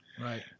Right